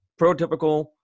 prototypical